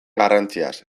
garrantziaz